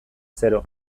zero